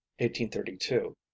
1832